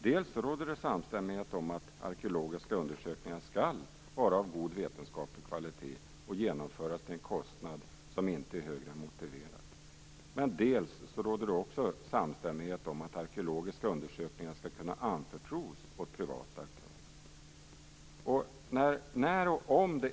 Dels råder det samstämmighet om att arkeologiska undersökningar skall vara av god vetenskaplig kvalitet och genomföras till en kostnad som inte är högre än motiverat. Dels råder det samstämmighet om att arkeologiska undersökningar skall kunna anförtros åt privata aktörer.